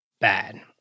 bad